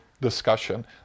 discussion